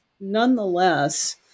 nonetheless